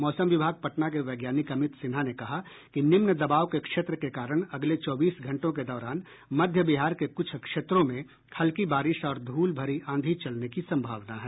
मौसम विभाग पटना के वैज्ञानिक अमित सिन्हा ने कहा कि निम्न दबाव के क्षेत्र के कारण अगले चौबीस घंटों के दौरान मध्य बिहार के कुछ क्षेत्रों में हल्की बारिश और धूल भरी आंधी चलने की संभावना है